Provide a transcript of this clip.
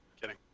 Kidding